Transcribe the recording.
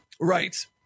Right